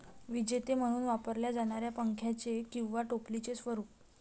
विजेते म्हणून वापरल्या जाणाऱ्या पंख्याचे किंवा टोपलीचे स्वरूप